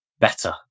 better